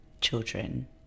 children